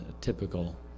typical